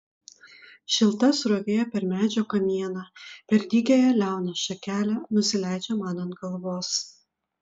šilta srovė per medžio kamieną per dygiąją liauną šakelę nusileidžia man ant galvos